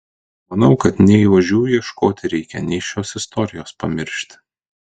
manau kad nei ožių ieškoti reikia nei šios istorijos pamiršti